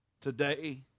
Today